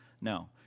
No